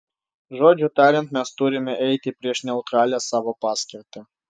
žodžiu tariant mes turime eiti prieš neutralią savo paskirtį